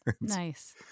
Nice